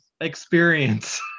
experience